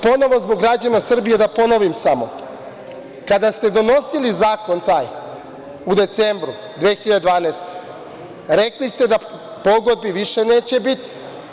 Ponovo, zbog građana Srbije da ponovim samo, kad ste donosili zakon, taj u decembru 2012. rekli ste da pogodbi više neće biti.